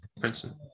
princeton